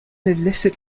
illicit